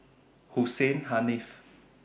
Hussein Haniff